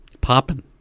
Popping